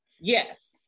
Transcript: Yes